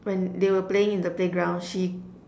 when they were playing in the playground she